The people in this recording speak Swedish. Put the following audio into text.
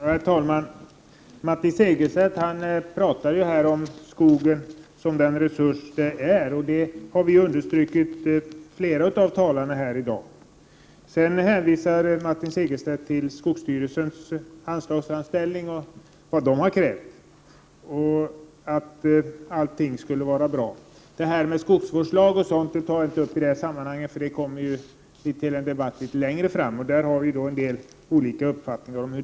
Herr talman! Martin Segerstedt pratar om skogen som den resurs den är, och skogens betydelse har understrukits av flera talare här i dag. Sedan hänvisar Martin Segerstedt till vad skogsstyrelsen har krävt i sin anslagsframställning och anser att allting skulle vara bra. Skogsvårdslagen tar jag inte upp idet här sammanhanget för den kommer vi tilli en debatt litet längre fram där det kommer att framföras litet olika uppfattningar.